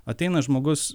ateina žmogus